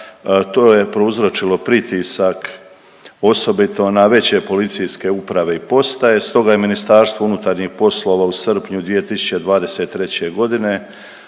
to je prouzročilo pritisak osobito na veće policijske uprave i postaje, stoga je MUP u srpnju 2023.g.